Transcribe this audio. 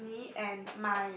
in both me and